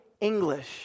English